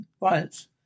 right